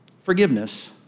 Forgiveness